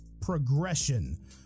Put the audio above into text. progression